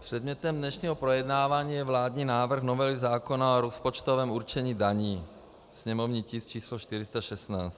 předmětem dnešního projednávání je vládní návrh novely zákona o rozpočtovém určení daní, sněmovní tisk č. 416.